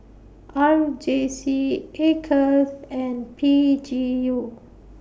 R J C Acres and P G U